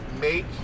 make